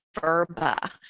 Verba